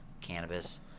cannabis